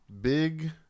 big